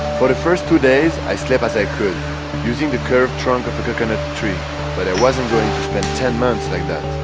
for the first two days i sleep as i could using the curved trunk of the coconut tree but i wasn't going to spend ten months like that.